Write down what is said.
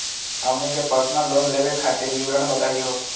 हमनी के personal loan लेवे खातीर विवरण बताही हो?